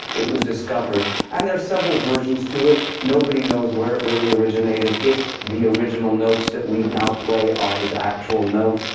it was discovered and there are several versions to it. nobody knows where it really originated, if the original notes that we now play are his actual notes.